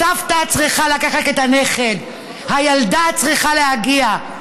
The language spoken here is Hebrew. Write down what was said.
הסבתא צריכה לקחת את הנכד, הילדה צריכה להגיע.